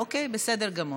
אוקיי, בסדר גמור.